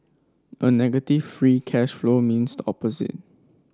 a negative free cash flow means the opposite